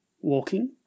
walking